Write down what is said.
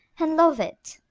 and love it!